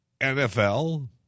NFL